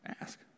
Ask